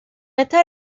estas